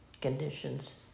conditions